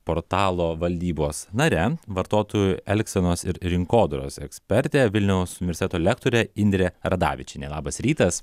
portalo valdybos nare vartotojų elgsenos ir rinkodaros ekspertė vilniaus universiteto lektorė indrė radavičienė labas rytas